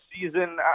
season